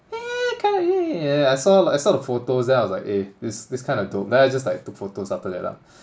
kind of yeah yeah yeah I saw like I saw the photos then I was like eh this this is kind of dope then I just like took photos after that lah